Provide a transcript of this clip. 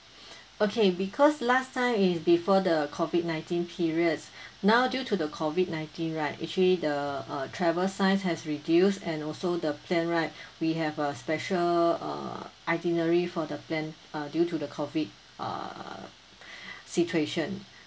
okay because last time is before the COVID nineteen period now due to the COVID nineteen right actually the uh travel size has reduced and also the plan right we have a special uh itinerary for the plan uh due to the COVID uh situation